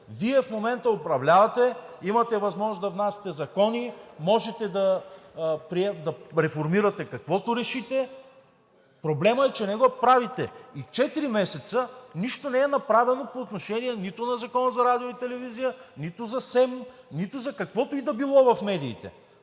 Вие в момента управлявате, имате възможност да внасяте закони, можете да реформирате каквото решите. Проблемът е, че не го правите и четири месеца нищо не е направено по отношение нито на Закона за радиото и телевизията, нито за СЕМ, нито за каквото и да било в медиите.